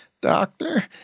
doctor